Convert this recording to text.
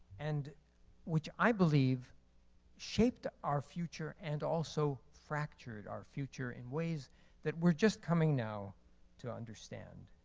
and which i believe shaped our future and also fractured our future in ways that we're just coming now to understand.